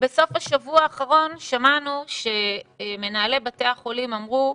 בסוף השבוע האחרון שמענו שמנהלי בתי החולים אמרו,